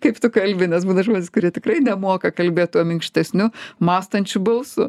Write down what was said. kaip tu kalbi nes būna žmonės kurie tikrai nemoka kalbėt tuo minkštesniu mąstančiu balsu